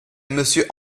monsieur